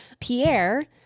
Pierre